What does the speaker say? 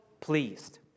pleased